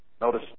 Notice